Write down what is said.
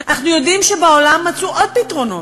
אנחנו יודעים שבעולם מצאו עוד פתרונות.